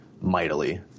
mightily